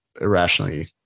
irrationally